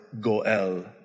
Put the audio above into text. Goel